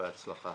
בהצלחה.